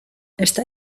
está